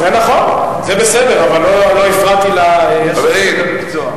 נכון, אבל לא הפרעתי לנואם.